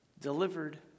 delivered